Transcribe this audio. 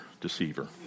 deceiver